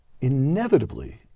inevitably